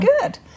good